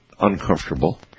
uncomfortable